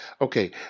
Okay